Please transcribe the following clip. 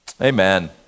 Amen